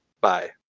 Bye